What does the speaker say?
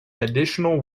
additional